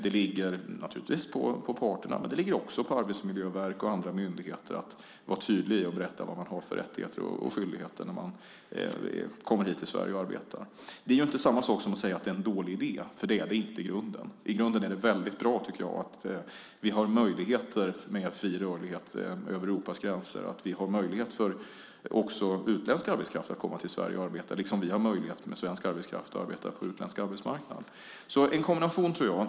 Det ligger naturligtvis på parterna, men det ligger också på Arbetsmiljöverket och andra myndigheter att vara tydliga och berätta vad man får för rättigheter och skyldigheter när man kommer till Sverige för att arbeta. Det är inte samma sak som att säga att det är en dålig idé. Det är det inte i grunden. I grunden är det mycket bra att vi har möjlighet med fri rörlighet över Europas gränser och att vi har möjlighet för utländsk arbetskraft att komma till Sverige och arbeta, liksom vi har möjlighet för svensk arbetskraft att arbeta på utländsk arbetsmarknad. Jag tror på en kombination.